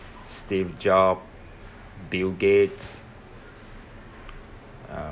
steve job bill gates um